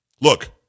Look